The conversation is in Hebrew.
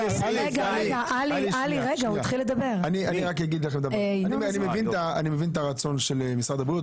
אני מבין את הרצון של משרד הבריאות,